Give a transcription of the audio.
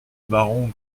baron